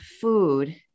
food